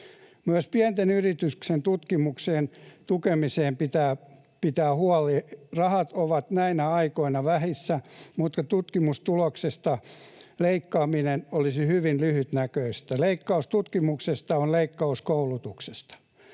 Myös pienten yritysten tutkimuksen tukemisesta pitää pitää huoli. Rahat ovat näinä aikoina vähissä, mutta tutkimuksesta leikkaaminen olisi hyvin lyhytnäköistä: leikkaus tutkimuksesta on leikkaus koulutuksesta.